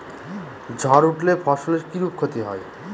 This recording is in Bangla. ঝড় উঠলে ফসলের কিরূপ ক্ষতি হয়?